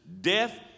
death